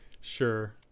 Sure